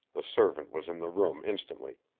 the servant was in the room instantly.